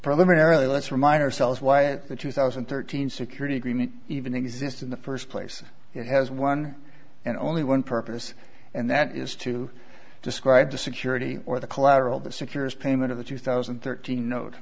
primarily let's remind ourselves why the two thousand and thirteen security agreement even exists in the first place and it has one and only one purpose and that is to describe the security or the collateral that secures payment of the two thousand and thirteen note